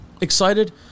excited